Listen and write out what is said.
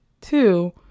two